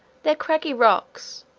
their craggy rocks,